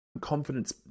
confidence